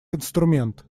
инструмент